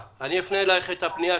אפנה אלייך את הפנייה